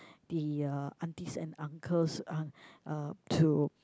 the aunties and uncles uh uh to